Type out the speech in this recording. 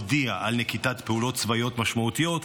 הודיעה על נקיטת פעולות צבאיות משמעותיות,